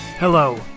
Hello